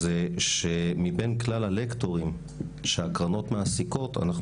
שמבין כלל הלקטורים שהקרנות מעסיקות אנחנו